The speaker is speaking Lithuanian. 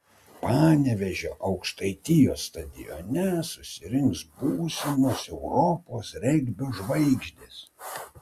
panevėžio aukštaitijos stadione susirinks būsimos europos regbio žvaigždės